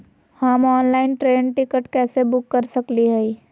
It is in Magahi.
हम ऑनलाइन ट्रेन टिकट कैसे बुक कर सकली हई?